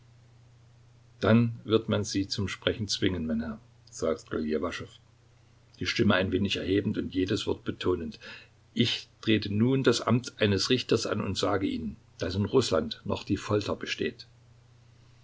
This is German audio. dann wird man sie zum sprechen zwingen mein herr sagte ljewaschow die stimme ein wenig erhebend und jedes wort betonend ich trete nun das amt eines richters an und sage ihnen daß in rußland noch die folter besteht